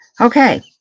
Okay